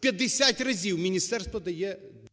50 разів міністерство дає… ГОЛОВУЮЧИЙ.